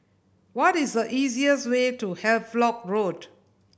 what is the easiest way to Havelock Road